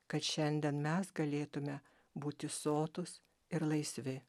kad šiandien mes galėtume būti sotūs ir laisvi